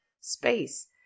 space